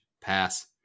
pass